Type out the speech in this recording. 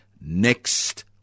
next